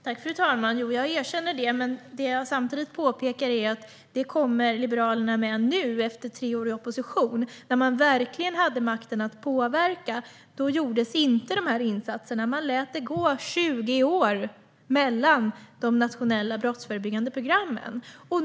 Fru talman! Jo, jag erkänner det, men det jag samtidigt påpekar är att Liberalerna kommer med detta först nu, efter tre år i opposition. När man verkligen hade makten att påverka gjorde man inte de här insatserna. Man lät det gå 20 år mellan de nationella brottsförebyggande programmen.